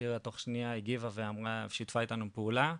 שירה תוך שנייה הגיבה ושיתפה איתנו פעולה.